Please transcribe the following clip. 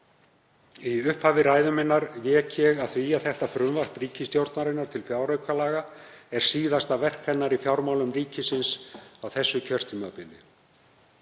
Í upphafi ræðu minnar vék ég að því að þetta frumvarp ríkisstjórnarinnar til fjáraukalaga væri síðasta verk hennar í fjármálum ríkisins á þessu kjörtímabili.